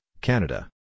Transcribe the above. Canada